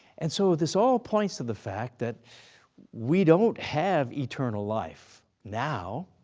and so this all points to the fact that we don't have eternal life now.